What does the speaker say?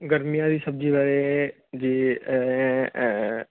ਗਰਮੀਆਂ ਦੀ ਸਬਜ਼ੀ ਵਾਲੇ ਜੀ